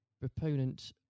proponent